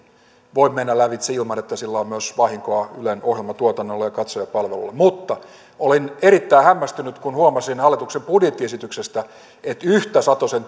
voi mennä lävitse ilman että siitä on myös vahinkoa ylen ohjelmatuotannolle ja ja katsojapalvelulle mutta olin erittäin hämmästynyt kun huomasin hallituksen budjettiesityksestä että yhtä satosen